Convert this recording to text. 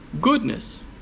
goodness